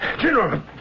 General